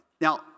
Now